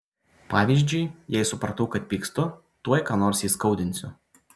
pavyzdžiui jei supratau kad pykstu tuoj ką nors įskaudinsiu